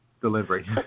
delivery